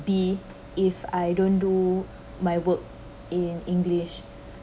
B if I don't do my work in english